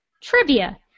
Trivia